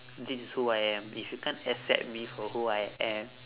this is who I am if you can't accept me for who I am